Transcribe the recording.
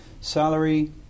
salary